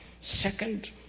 Second